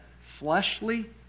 fleshly